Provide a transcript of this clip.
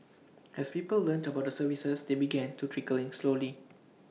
as people learnt about the services they began to trickle in slowly